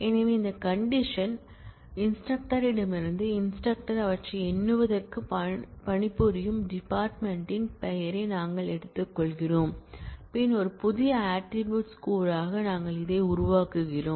எனவே இந்த கண்டிஷன் பயிற்றுவிப்பாளரிடமிருந்து இன்ஸ்டிரக்டர்அவற்றை எண்ணுவதற்கு பணிபுரியும் டிபார்ட்மென்ட் யின் பெயரை நாங்கள் எடுத்துக்கொள்கிறோம் பின்னர் ஒரு புதிய ஆட்ரிபூட்ஸ் க்கூறாக நாங்கள் இதை உருவாக்குகிறோம்